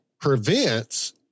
prevents